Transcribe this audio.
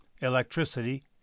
electricity